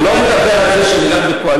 אני לא מדבר על זה שאתם לא בקואליציה,